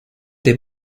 the